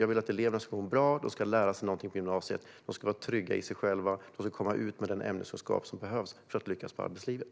Jag vill att eleverna ska må bra och lära sig något på gymnasiet. De ska vara trygga i sig själva och komma ut med den ämneskunskap som behövs för att lyckas i arbetslivet.